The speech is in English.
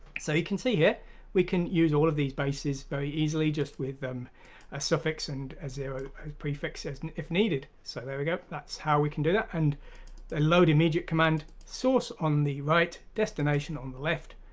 so you can see here we can use all of these bases very easily, just with a suffix and a zero prefixes if needed so there we go! that's how we can do that, and a load immediate command source on the right, destination on the left.